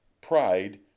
Pride